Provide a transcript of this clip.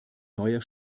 neuer